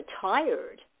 tired